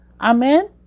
Amen